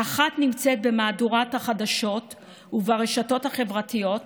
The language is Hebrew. האחת נמצאת במהדורת החדשות וברשתות החברתיות,